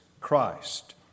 Christ